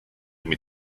mit